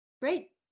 Great